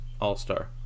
all-star